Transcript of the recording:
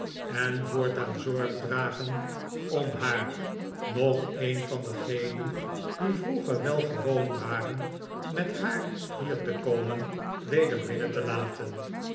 en voortaan zorg dragen om haar noch een van degenen die vroeger wel gewoon waren met haar hier te komen weder binnen te laten